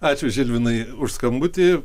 ačiū žilvinai už skambutį